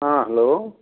hello